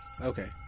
Okay